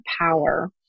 power